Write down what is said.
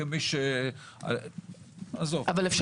אפשר